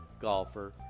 Golfer